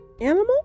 animal